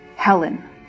Helen